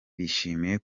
bishimiye